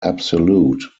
absolute